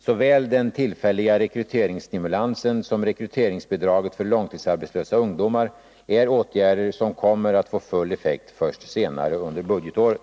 Såväl den tillfälliga rekryteringsstimulansen som rekryteringsbidraget för långtidsarbetslösa ungdomar är åtgärder som kommer att få full effekt först senare under budgetåret.